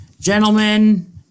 Gentlemen